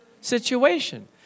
situation